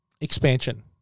Expansion